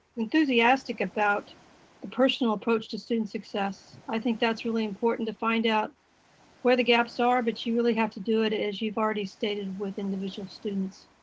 enthusiastic about the personal approach to student success. i think that's really important to find where the gaps are, but you really have to do it it as you've already stated with individual students.